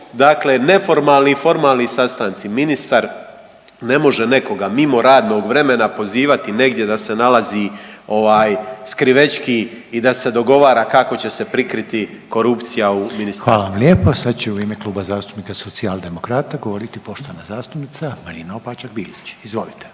Dakle, neformalni i formalni sastanci ministar ne može nekoga mimo radnog vremena pozivati negdje da se nalazi skrivečki i da se dogovara kako će se prikriti korupcija u ministarstvima. **Reiner, Željko (HDZ)** Hvala lijepo. Sada će u ime Kluba zastupnika Socijaldemokrata govoriti poštovana zastupnica Marina Opačak Bilić. Izvolite.